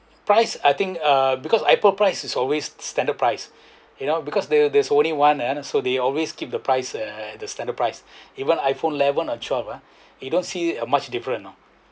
price I think uh because apple prices is always standard price you know because there there's only one uh so they always keep the price uh the standard price even I_phone eleven or twelve ah you don't see a much different you know